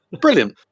Brilliant